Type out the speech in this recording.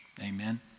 Amen